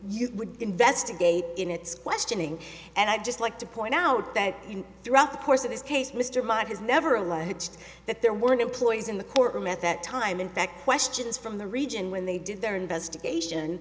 you would investigate in its questioning and i'd just like to point out that throughout the course of this case mr mike has never alleged that there weren't employees in the courtroom at that time in fact questions from the region when they did their investigation